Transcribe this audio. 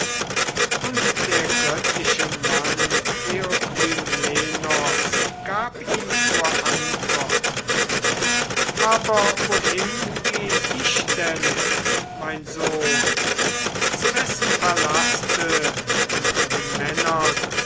und der göttliche mann theoklymenos gab ihm zur antwort aber wohin geh ich denn mein sohn zu wessen palaste unter den männern